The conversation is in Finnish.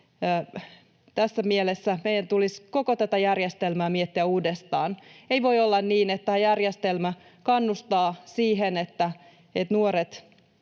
tässä mielessä meidän tulisi koko tätä järjestelmää miettiä uudestaan. Ei voi olla niin, että tämä järjestelmä kannustaa siihen, että nuoret